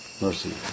Mercy